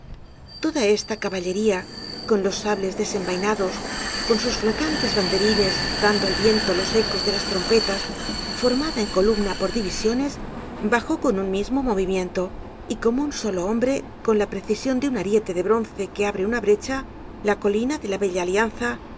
toda esta caballería con los sables desenvainados con sus flotantes banderines dando al viento los ecos de las trompetas formada en columna por divisiones bajó con un mismo movimiento y como un solo hombre con la precision de un ariete de bronce que abre una brecha la colina de la